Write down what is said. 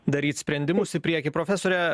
daryt sprendimus į priekį profesore